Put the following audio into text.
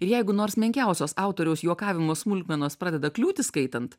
ir jeigu nors menkiausios autoriaus juokavimo smulkmenos pradeda kliūti skaitant